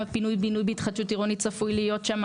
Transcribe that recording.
פינוי בינוי בהתחדשות עירונית צפוי להיות שם?